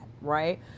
right